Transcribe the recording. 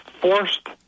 forced